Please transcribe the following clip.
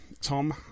Tom